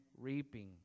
reaping